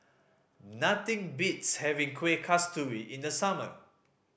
nothing beats having Kuih Kasturi in the summer